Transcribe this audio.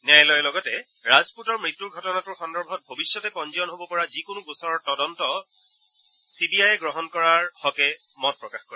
ন্যায়ালয়ে লগতে ৰাজপুতৰ মৃত্যূৰ ঘটনাটোৰ সন্দৰ্ভত ভৱিষ্যতে পঞ্জীয়ন হ'ব পৰা যিকোনো গোচৰৰ তদন্তৰ দায়িত্ব চি বি আইয়ে গ্ৰহণ কৰাৰ হকে মত প্ৰকাশ কৰে